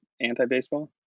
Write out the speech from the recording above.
anti-baseball